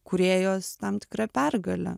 kūrėjos tam tikra pergale